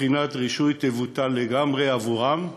בחינת הרישוי תבוטל לגמרי עבורם,